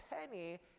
penny